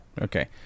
Okay